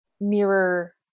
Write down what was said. mirror